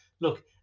look